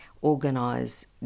organise